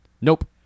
Nope